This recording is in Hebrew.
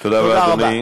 תודה רבה.